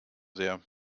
sehr